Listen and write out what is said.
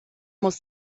muss